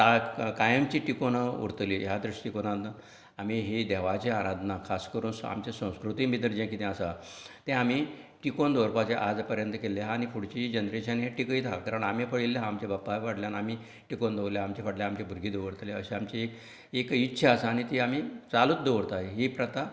टाळ कायमची टिकोवन उरतली ह्या दृश्टीकोनांन आमी ही देवाची आराधनां खास करून आमची संस्कृती भितर जे कितें आसा तें आमी टिकोवन दवरपाचे आज पर्यंत केल्ले आसा आनी फुडचीं जनरेशन हे टिकयत आसा आनी पयली आमचे बापाय फाटल्यान आमी टिकोवन दवरल्या आमचे फाटल्यान आमचे भुरगें दवरतलें अशीं आमची एक एक इत्सा आसा आनी ती आमी चालू दवरता ही प्रथा